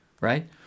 right